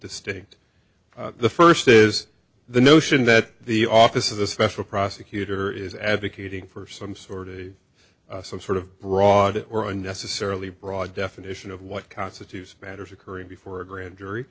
distinct the first is the notion that the office of the special prosecutor is advocating for some sort of some sort of broad or unnecessarily broad definition of what constitutes matters occurring before a grand jury